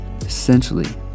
essentially